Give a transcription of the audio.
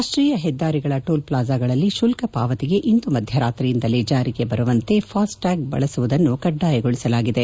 ರಾಷ್ಟೀಯ ಹೆದ್ದಾರಿಗಳ ಟೋಲ್ ಫ್ಲಾಜಾಗಳಲ್ಲಿ ಶುಲ್ಕ ಪಾವತಿಗೆ ಇಂದು ಮಧ್ಯರಾತ್ರಿಯಿಂದಲೇ ಜಾರಿಗೆ ಬರುವಂತೆ ಫಾಸ್ಟ್ಟ್ಯಾಗ್ ಬಳಸುವುದನ್ನು ಕಡ್ಡಾಯಗೊಳಿಸಲಾಗಿದೆ